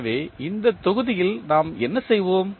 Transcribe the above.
எனவே இந்த தொகுதியில் நாம் என்ன செய்வோம்